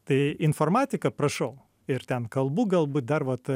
tai informatika prašau ir ten kalbų galbūt dar vat